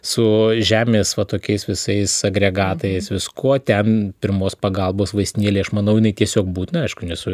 su žemės va tokiais visais agregatais viskuo ten pirmos pagalbos vaistinėlė aš manau jinai tiesiog būtina aišku nesu